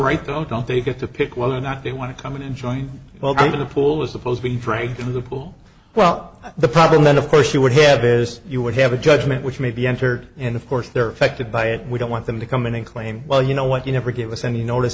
right though don't they get to pick whether or not they want to come in and join well into the pool as opposed to drain the pool well the problem then of course you would have is you would have a judgment which may be entered and of course they're affected by it we don't want them to come in and claim well you know what you never gave us any notice